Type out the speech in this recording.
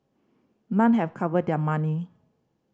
none have recovered their money